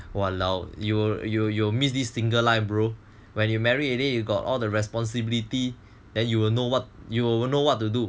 !walao! you you you will miss the single life bro when you married already you got all the responsibility then you will know what you know what to do